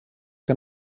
que